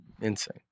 insane